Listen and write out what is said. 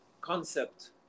concept